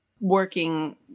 working